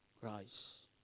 Christ